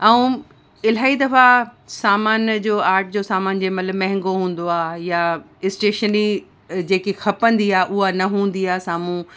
ऐं इलाही दफ़ा सामान जो आर्ट जो सामान जेमहिल महांगो हूंदो आहे या स्टेशनरी जेकी खपंदी आहे उहा न हूंदी आहे साम्हूं